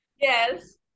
Yes